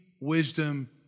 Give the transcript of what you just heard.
wisdom